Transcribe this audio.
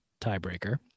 tiebreaker